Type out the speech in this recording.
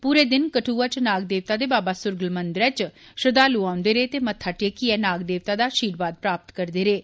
पूरे दिन कठुआ च नाग दे बाबा सुरगल मंदरै च श्रद्धालु ओंदे रेह् ते मत्था टेकियै नाग देवता दा आर्शीवाद प्राप्त करदे रेह्